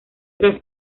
tras